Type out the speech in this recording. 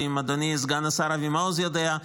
ואם אדוני סגן השר אבי מעוז יודע,